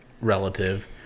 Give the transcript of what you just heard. relative